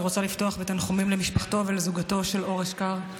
אני רוצה לפתוח בתנחומים למשפחתו ולזוגתו של אור אשכר,